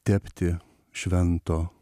tepti švento